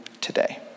today